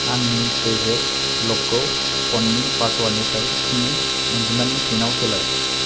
आंनि पेजेप ल'कखौ फ'ननि पासवार्डनिफ्राय स्नि अनजिमानि पिनाव सोलाय